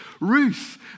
Ruth